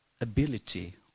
ability